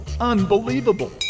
unbelievable